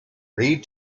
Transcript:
read